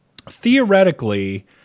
Theoretically